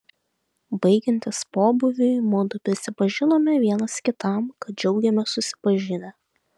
baigiantis pobūviui mudu prisipažinome vienas kitam kad džiaugėmės susipažinę